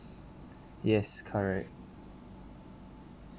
yes correct